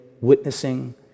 witnessing